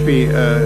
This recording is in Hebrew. שבי.